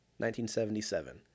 1977